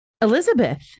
Elizabeth